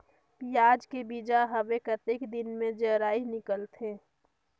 पियाज के बीजा हवे कतेक दिन मे जराई निकलथे?